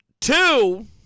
Two